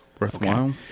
worthwhile